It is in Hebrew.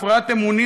הפרעת אמונים,